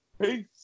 Peace